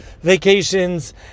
vacations